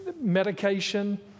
medication